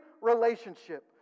relationship